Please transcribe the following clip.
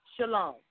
Shalom